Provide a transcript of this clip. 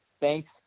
thanks